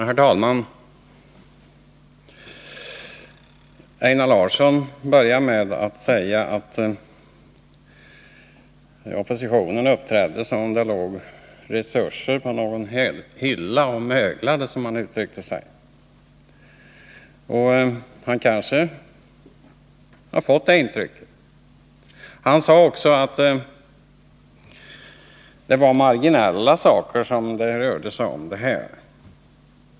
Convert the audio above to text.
Herr talman! Einar Larsson började med att säga att oppositionen uppträder som om det skulle ligga resurser på någon hylla och mögla. Han har kanske fått det intrycket. Vidare sade han att det här rör sig om marginella saker.